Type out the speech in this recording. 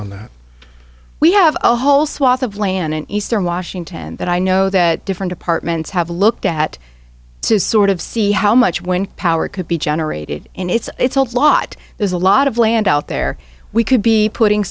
on that we have a whole swath of land in eastern washington that i know that different departments have looked at to sort of see how much wind power could be generated and it's it's a lot there's a lot of land out there we could be putting